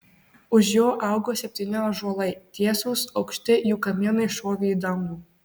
už jo augo septyni ąžuolai tiesūs aukšti jų kamienai šovė į dangų